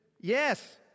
Yes